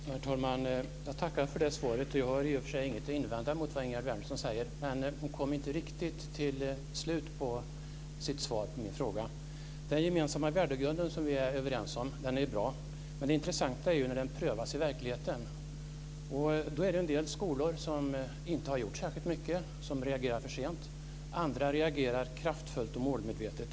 Herr talman! Jag tackar för det svaret. Jag har i och för sig inget att invända mot vad Ingegerd Wärnersson säger, men hon kom inte riktigt till slutet på sitt svar på min fråga. Den gemensamma värdegrunden är vi överens om. Den är bra. Men det intressanta är ju när den prövas i verkligheten. En del skolor har inte gjort särskilt mycket; de reagerar för sent. Andra reagerar kraftfullt och målmedvetet.